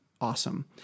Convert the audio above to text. awesome